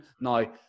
Now